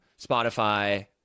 Spotify